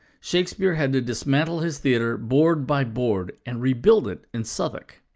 shakespeare had to dismantle his theatre board-by-board and rebuild it in southwark.